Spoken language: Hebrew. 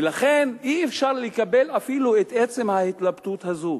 ולכן אי-אפשר לקבל אפילו את עצם ההתלבטות הזאת.